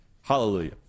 hallelujah